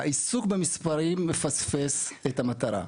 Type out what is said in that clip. העיסוק במספרים מפספס את המטרה.